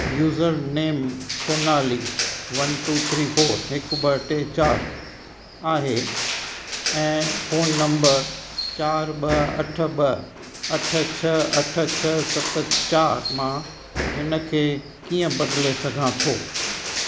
user name Sonali one two three four हिकु ॿ टे चारि आहे ऐं फ़ोन नंबर चारि ॿ अठ ॿ अठ छह अठ छह सत चारि मां हिन खे कीअं बदिले सघां थो